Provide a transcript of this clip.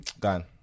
done